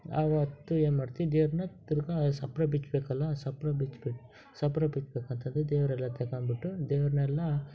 ಅವತ್ತು ಏನು ಮಾಡ್ತೀವಿ ದೇವ್ರನ್ನ ತಿರ್ಗಿ ಚಪ್ರ ಬಿಚ್ಚಬೇಕಲ್ಲ ಚಪ್ರ ಬಿಚ್ಬೇಕು ಚಪ್ರ ಬಿಚ್ಚಬೇಕಂಥದ್ದು ದೇವರೆಲ್ಲ ತಗಂಬಿಟ್ಟು ದೇವ್ರನ್ನೆಲ್ಲ